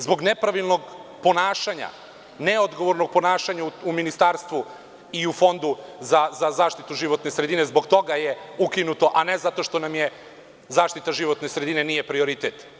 Zbog nepravilnog ponašanja, neodgovornog ponašanja u ministarstvu i u Fondu za zaštitu životne sredine je ukinuto, a ne zato što nam zaštita životne sredine nije prioritet.